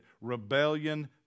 Rebellion